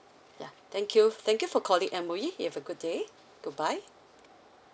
yeah thank you thank you for calling M_O_E you have a good day goodbye